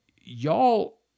y'all